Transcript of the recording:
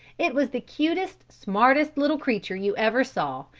it was the cutest, smartest little creature you ever saw,